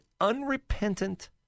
unrepentant